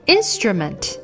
Instrument